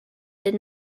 did